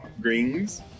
Greens